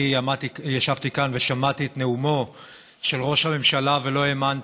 ישבתי כאן ושמעתי את נאומו של ראש הממשלה ולא האמנתי.